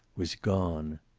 was gone.